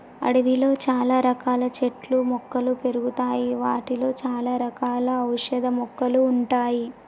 అడవిలో చాల రకాల చెట్లు మొక్కలు పెరుగుతాయి వాటిలో చాల రకాల ఔషధ మొక్కలు ఉంటాయి